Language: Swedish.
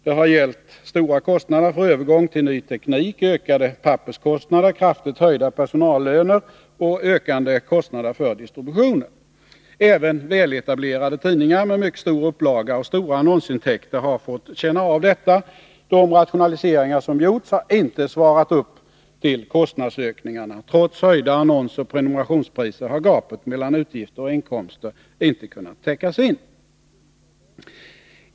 Det har gällt stora kostnader för övergång till ny teknik, ökade papperskostnader, kraftigt höjda personallöner och ökande kostnader för distributionen. Även väletablerade tidningar med mycket stor upplaga och stora annonsintäkter har fått känna av detta. De rationaliseringar som gjorts har inte svarat upp till kostnadsökningarna. Trots höjda annonsoch prenumerationspriser har gapet mellan utgifter och inkomster inte kunnat täckas.